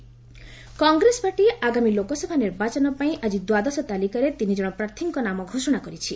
Congress list Congress party ଆଗାମୀ ଲୋକସଭା ନିର୍ବାଚନ ପାଇଁ ଆଜି ଦ୍ୱାଦଶ ତାଲିକାରେ ତିନି କଣ ପ୍ରାର୍ଥୀଙ୍କ ନାମ ଘୋଷଣା କରିଛି